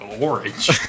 Orange